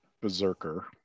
berserker